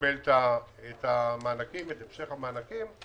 יקבל את המשך המענקים.